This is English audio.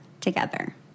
together